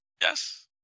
Yes